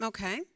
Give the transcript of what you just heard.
Okay